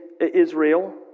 Israel